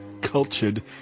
cultured